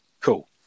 Cool